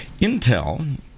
intel